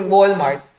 Walmart